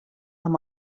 amb